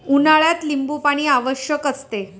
उन्हाळ्यात लिंबूपाणी आवश्यक असते